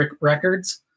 records